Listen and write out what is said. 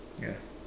ya